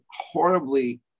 horribly